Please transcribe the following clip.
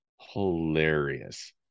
hilarious